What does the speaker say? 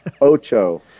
ocho